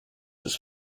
his